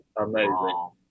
Amazing